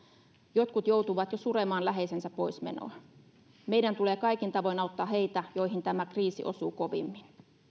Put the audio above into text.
jotkut joutuvat jo suremaan läheisensä poismenoa meidän tulee kaikin tavoin auttaa heitä joihin tämä kriisi osuu kovimmin